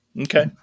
Okay